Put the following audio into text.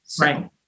Right